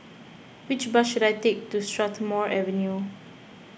which bus should I take to Strathmore Avenue